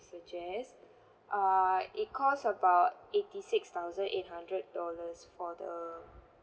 suggest err it cost about eighty six thousand eight hundred dollars for the